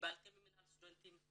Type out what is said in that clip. קיבלתם ממינהל סטודנטים,